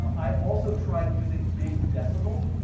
i also tried using big decimal.